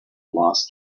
lost